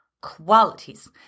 qualities